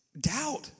doubt